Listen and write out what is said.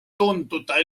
tunduda